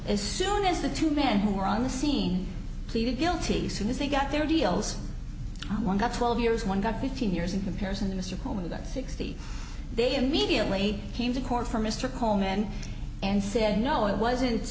as soon as the two men who were on the scene pleaded guilty soon as they got their deals one got twelve years one got fifteen years in comparison to mr coleman got sixty they immediately came to court for mr coleman and said no it wasn't